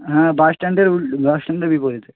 হ্যাঁ বাস স্ট্যান্ডের বাস স্ট্যান্ডের বিপরীতে